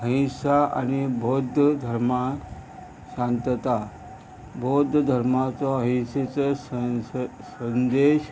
हयशा आनी बौध्द धर्मा शांतता बौध्द धर्माचो अहिशेचो संस संदेश